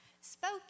spoke